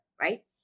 right